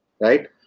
right